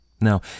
Now